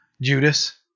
Judas